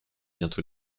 bientôt